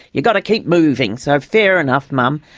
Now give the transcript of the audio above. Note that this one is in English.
you've got to keep moving. so, fair enough mum.